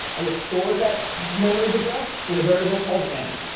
and it stores that memory's address in a variable called n.